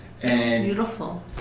Beautiful